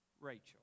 Rachel